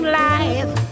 life